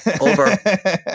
Over